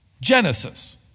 Genesis